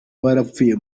barapfuye